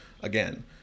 again